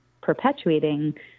perpetuating